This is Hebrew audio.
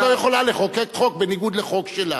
הכנסת לא יכולה לחוק חוק בניגוד לחוק שלה.